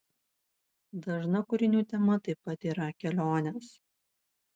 dažna kūrinių tema taip pat yra kelionės